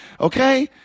Okay